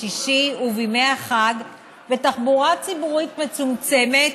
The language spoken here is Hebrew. בשישי ובימי החג בתחבורה ציבורית מצומצמת